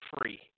free